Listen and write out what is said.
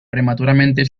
prematuramente